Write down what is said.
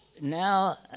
now